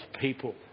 people